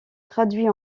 traduits